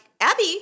Abby